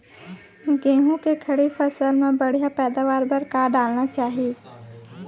गेहूँ के खड़ी फसल मा बढ़िया पैदावार बर का डालना चाही?